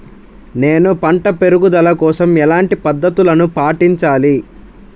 నేను పంట పెరుగుదల కోసం ఎలాంటి పద్దతులను పాటించాలి?